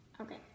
Okay